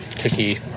Cookie